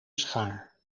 schaar